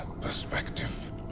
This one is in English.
perspective